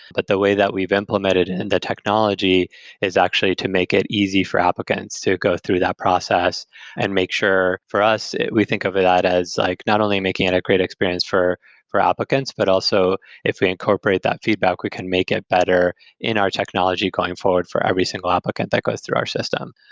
but the way that we've implemented it in the technology is actually to make it easy for applicants to go through that process and make sure, for us, we think of it ah it as like not only making it a great experience for for applicants, but also if we incorporate that feedback, we can make it better in our technology going forward for every single applicant that goes through our system.